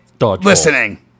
listening